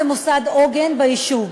זה מוסד עוגן ביישוב,